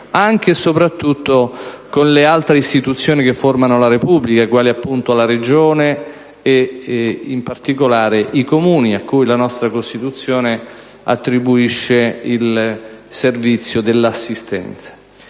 anche e soprattutto con le altre istituzioni che formano la Repubblica, quali appunto la Regione e, in particolare, i Comuni, a cui la nostra Costituzione attribuisce il servizio dell'assistenza.